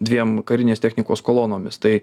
dviem karinės technikos kolonomis tai